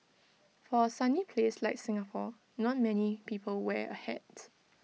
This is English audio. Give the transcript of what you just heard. for A sunny place like Singapore not many people wear A hat